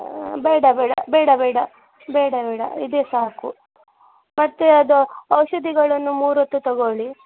ಬೇಡ ಬೇಡ ಬೇಡ ಬೇಡ ಬೇಡ ಬೇಡ ಇದೆ ಸಾಕು ಮತ್ತು ಅದು ಔಷಧಿಗಳನ್ನು ಮೂರು ಹೊತ್ತು ತೊಗೊಳಿ